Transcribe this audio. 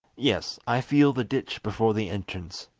yes, i feel the ditch before the entrance.